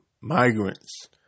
migrants